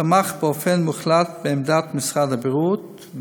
תמך באופן מוחלט בעמדת משרד הבריאות.